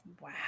Wow